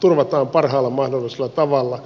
turvataan parhaalla mahdollisella tavalla